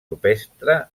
rupestre